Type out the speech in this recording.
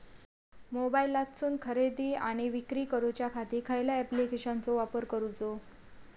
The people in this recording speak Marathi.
मोबाईलातसून खरेदी आणि विक्री करूच्या खाती कसल्या ॲप्लिकेशनाचो वापर करूचो?